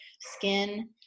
skin